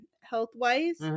health-wise